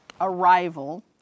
arrival